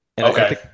Okay